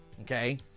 Okay